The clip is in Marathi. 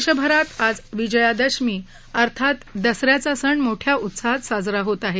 देशभरात आज विजयादशमी अर्थात दसऱ्याचा सण मोठ्या उत्साहात साजरा होत आहे